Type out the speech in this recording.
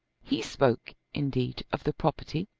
he spoke, indeed, of the property,